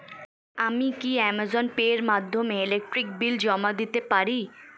আমি কি Amazon Pay এর মাধ্যমে ইলেকট্রিক বিল জমা দিতে পারি?